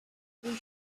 for